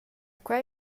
quei